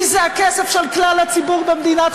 כי זה הכסף של כלל הציבור במדינת ישראל.